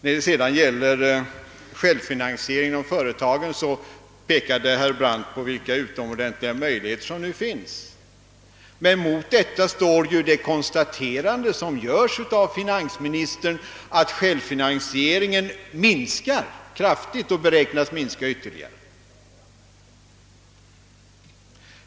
När det sedan gäller självfinansieringen av företagen pekade herr Brandt på vilka utomordentliga möjligheter som nu finns. Men mot detta står det konstaterande som görs av finansministern, nämligen att självfinansieringen minskar kraftigt och beräknas minska ytterligare.